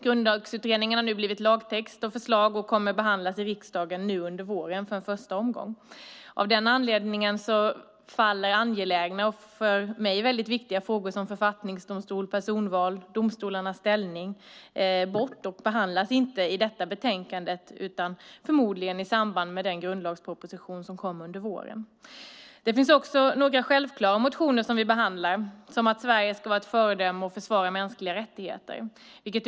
Grundlagsutredningen har nu blivit lagtext och förslag och kommer att behandlas i riksdagen nu under våren för en första omgång. Av den anledningen faller angelägna frågor och för mig viktiga frågor som författningsdomstol, personval och domstolarnas ställning bort och behandlas inte i detta betänkandet utan förmodligen i samband med den grundlagsproposition som kommer under våren. Det finns också några självklara motioner som vi behandlar, som att Sverige ska vara ett föredöme och försvara mänskliga rättigheter.